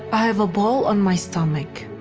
i have a ball on my stomach.